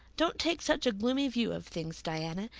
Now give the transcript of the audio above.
don't take such a gloomy view of things, diana.